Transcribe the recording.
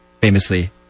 famously